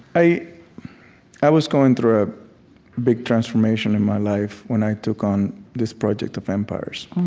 i i was going through a big transformation in my life when i took on this project of empires.